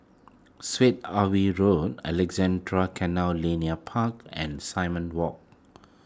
Syed Alwi Road Alexandra Canal Linear Park and Simon Walk